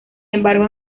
embargo